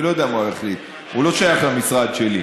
אני לא יודע מה הוא יחליט, הוא לא שייך למשרד שלי.